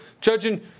judging